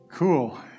Cool